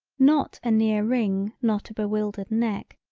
not a near ring not a bewildered neck,